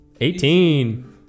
Eighteen